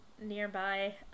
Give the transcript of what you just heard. nearby